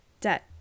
debt